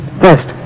First